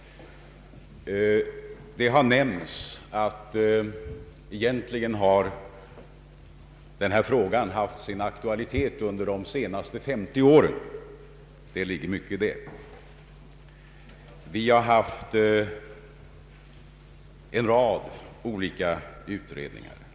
Det har nämnts att denna fråga egentligen haft sin aktualitet under de senaste 50 åren. Det ligger mycket däri. Det har förekommit en rad olika utredningar.